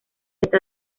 está